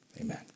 Amen